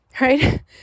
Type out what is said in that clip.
right